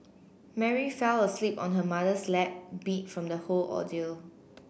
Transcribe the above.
Mary fell asleep on her mother's lap beat from the whole ordeal